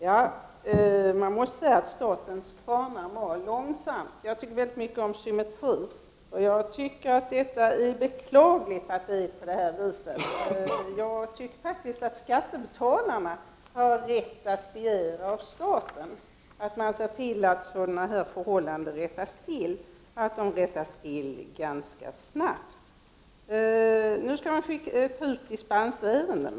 Man måste säga att statens kvarnar mal långsamt. Jag tycker väldigt mycket om symmetri. Det är beklagligt att det är på det här viset. Jag tycker faktiskt att skattebetalarna har rätt att begära av staten att sådana här förhållanden rättas till, och att de rättas till ganska snabbt. Nu skall man flytta ut dispensärenden från riksskatteverket.